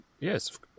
yes